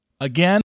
Again